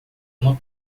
uma